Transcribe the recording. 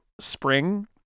spring